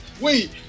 Wait